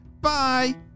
Bye